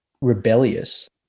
rebellious